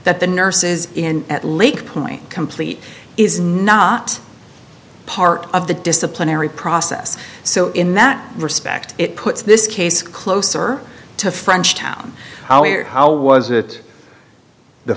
that the nurses in at lake point complete is not part of the disciplinary process so in that respect it puts this case closer to frenchtown how he or how was it the